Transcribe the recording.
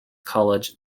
college